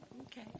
okay